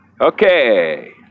Okay